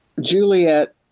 Juliet